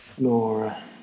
Laura